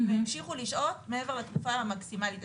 והמשיכו לשהות מעבר לתקופה המקסימלית.